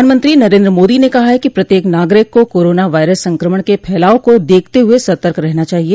प्रधानमंत्री नरेन्द्र मोदी ने कहा है कि प्रत्येक नागरिक को कोरोना वायरस संक्रमण के फैलाव को देखते हुए सतर्क रहना चाहिए